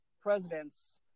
presidents